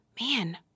man